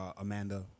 Amanda